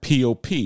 pop